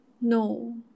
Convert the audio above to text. No